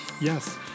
Yes